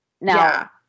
now